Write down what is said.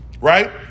right